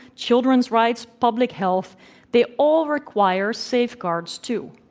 children's rights, public health they all require safeguards, too.